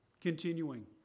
Continuing